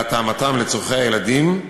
להתאמתם לצורכי הילדים,